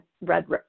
red